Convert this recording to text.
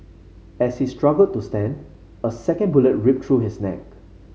as he struggled to stand a second bullet ripped through his neck